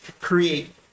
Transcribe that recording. create